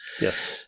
Yes